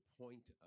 point